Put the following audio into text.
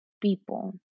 people